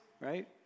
right